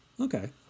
Okay